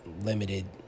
limited